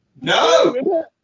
No